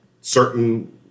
certain